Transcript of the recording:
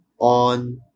on